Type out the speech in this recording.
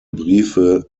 briefe